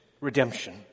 redemption